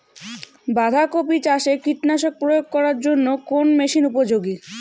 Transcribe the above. বাঁধা কপি চাষে কীটনাশক প্রয়োগ করার জন্য কোন মেশিন উপযোগী?